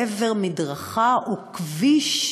לעבר מדרכה וכביש.